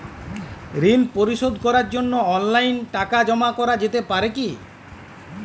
ঋন পরিশোধ করার জন্য অনলাইন টাকা জমা করা যেতে পারে কি?